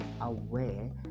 aware